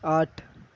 آٹھ